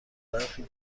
برخی